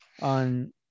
on